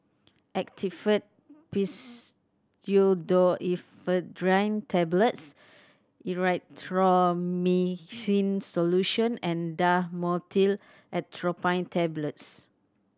Actifed Pseudoephedrine Tablets Erythroymycin Solution and Dhamotil Atropine Tablets